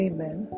Amen